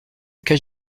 cage